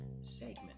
segment